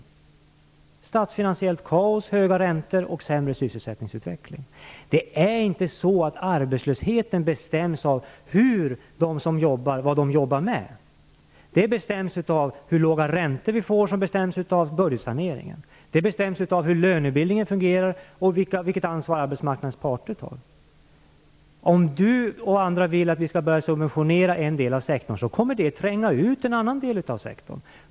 Jo, det ledde till finansiellt kaos, höga räntor och sämre sysselsättningsutveckling. Det är inte så att arbetslösheten bestäms av vad de som har jobb jobbar med. Det bestäms av hur låga räntor vi får, som bestäms av budgetsaneringen. Det bestäms av hur lönebildningen fungerar och vilket ansvar arbetsmarknadens parter tar. Om Rose-Marie Frebran och andra vill att vi skall börja subventionera en del av sektorn kommer det att tränga ut en annan del av sektorn.